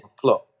flow